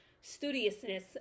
studiousness